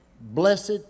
blessed